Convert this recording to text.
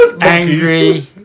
Angry